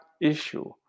issue